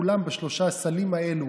כולם בשלושת הסלים האלה